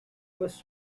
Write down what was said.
bus